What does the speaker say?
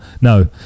no